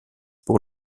pour